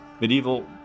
Medieval